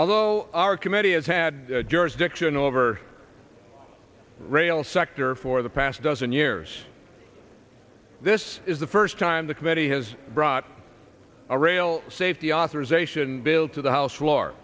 although our committee has had jurisdiction over rail sector for the past dozen years this is the first time the committee has brought a real safety authorization bill to the house floor